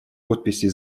подписи